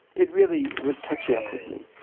it really was catching up with me.